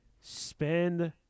Spend